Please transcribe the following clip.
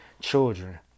children